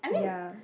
ya